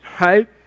right